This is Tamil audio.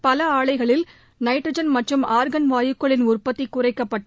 பல ஆலைகளில் நைட்ரஜன் மற்றும் ஆர்கன் வாயுக்களின் உற்பத்தி குறைக்கப்பட்டு